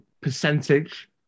percentage